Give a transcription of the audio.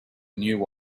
new